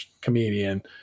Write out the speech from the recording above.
comedian